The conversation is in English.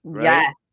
Yes